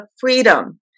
freedom